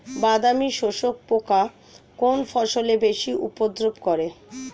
বাদামি শোষক পোকা কোন ফসলে বেশি উপদ্রব করে?